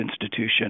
Institution